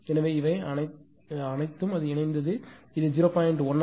எனவே அது இணைந்தது இது 0